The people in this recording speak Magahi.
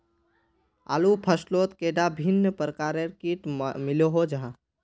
आलूर फसलोत कैडा भिन्न प्रकारेर किट मिलोहो जाहा?